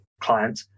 client